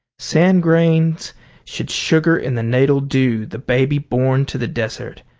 sand grains should sugar in the natal dew the babe born to the desert,